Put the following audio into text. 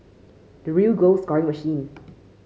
the real goal scoring machine